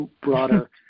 broader